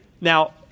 Now